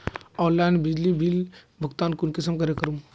Online बिजली bill भुगतान कुंसम करे करूम?